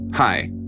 Hi